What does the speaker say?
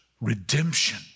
redemption